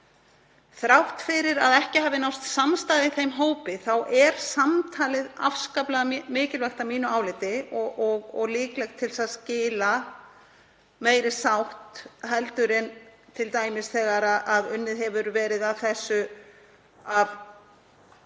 Þrátt fyrir að ekki hafi náðst samstaða í þeim hópi er samtalið afskaplega mikilvægt að mínu áliti og líklegt til að skila meiri sátt en t.d. þegar unnið hefur verið að þessu